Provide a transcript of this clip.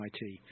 MIT